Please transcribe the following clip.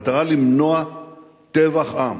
במטרה למנוע הישנות טבח עם,